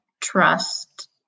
trust